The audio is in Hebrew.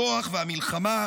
הכוח והמלחמה,